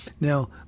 Now